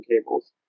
cables